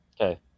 Okay